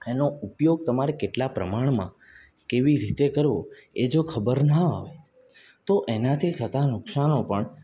એનો ઉપયોગ તમારે કેટલાં પ્રમાણમાં કેવી રીતે કરવો એ જો ખબર ન આવે તો એનાથી થતાં નુકસાનો પણ